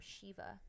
Shiva